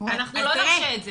אנחנו לא נרשה את זה.